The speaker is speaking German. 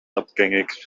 abgängig